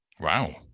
Wow